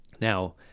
Now